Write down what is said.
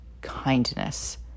Kindness